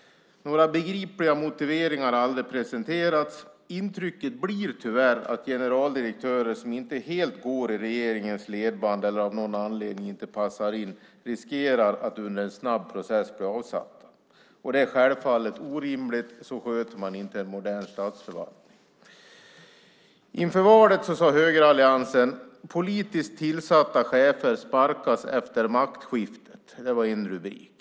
Några begripliga motiveringar har aldrig presenterats. Intrycket blir tyvärr att generaldirektörer som inte helt går i regeringens ledband eller som av någon anledning inte passar in riskerar att under en snabb process bli avsatta. Det är självfallet orimligt. Så sköter man inte en modern statsförvaltning. Inför valet sade högeralliansen: Politiskt tillsatta chefer sparkas efter maktskiftet. Det var en rubrik.